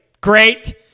great